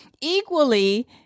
Equally